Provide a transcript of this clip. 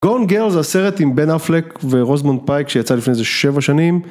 Gone Girl זה הסרט עם בן אפלק ורוזמונד פייק שיצא לפני שבע שנים